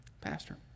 Pastor